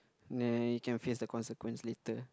neh you can face the consequence later